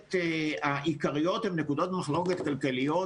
המחלוקת העיקריות הן נקודות מחלוקת כלכליות,